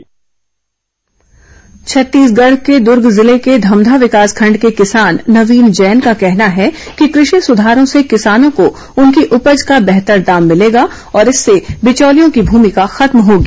कृषि सुधार किसान बाईट छत्तीसगढ़ के दूर्ग जिले के धमधा विकासखंड के किसान नवीन जैन का कहना है कि कृषि सुधारों से किसानों को उनकी उपज का बेहतर दाम मिलेगा और इससे बिचौलियों की भूमिका खत्म होगी